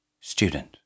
Student